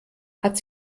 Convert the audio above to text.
hat